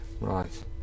Right